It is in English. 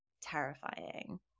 terrifying